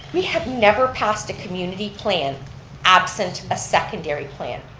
we have never passed a community plan absent a secondary plan.